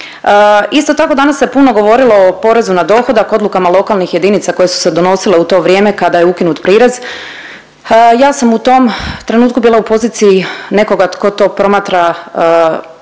Isto tako danas se puno govorilo o porezu na dohodak, odlukama lokalnih jedinica koje su se donosile u to vrijeme kada je ukinut prirez. Ja sam u tom trenutku bila u poziciji nekoga tko to promatra iz